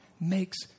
makes